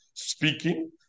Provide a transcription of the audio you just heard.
Speaking